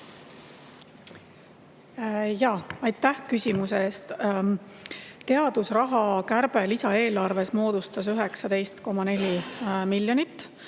Aitäh küsimuse eest! Teadusraha kärbe lisaeelarves moodustas 19,4 miljonit